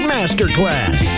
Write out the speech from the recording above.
Masterclass